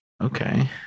Okay